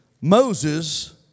Moses